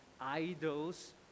idols